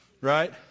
right